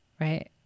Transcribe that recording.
right